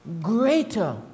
greater